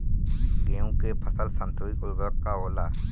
गेहूं के फसल संतुलित उर्वरक का होला?